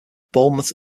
bournemouth